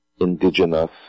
indigenous